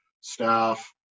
staff